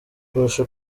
kurusha